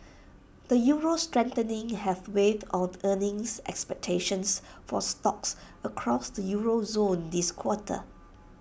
the euro's strengthening has weighed on earnings expectations for stocks across the euro zone this quarter